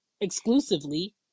exclusively